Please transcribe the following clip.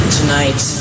tonight